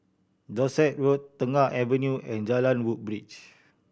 Dorset Road Tengah Avenue and Jalan Woodbridge